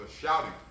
shouting